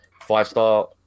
five-star